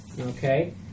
okay